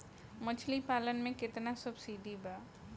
मछली पालन मे केतना सबसिडी बा?